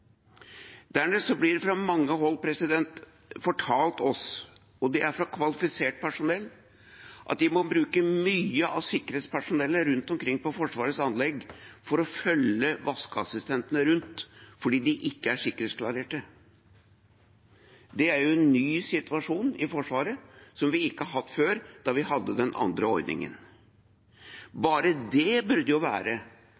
Dernest blir det fra mange hold fortalt oss – og det er fra kvalifisert personell – at de må bruke mye av sikkerhetspersonellet rundt omkring på Forsvarets anlegg for å følge vaskeassistentene rundt fordi de ikke er sikkerhetsklarert. Det er en ny situasjon i Forsvaret, som vi ikke hadde før, da vi hadde den andre ordningen.